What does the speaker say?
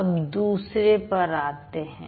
अब दूसरे पर आते हैं